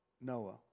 Noah